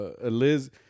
Liz